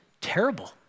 terrible